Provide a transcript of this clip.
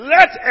Let